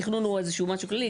תכנון הוא איזשהו משהו כללי,